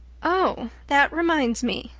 oh, that reminds me,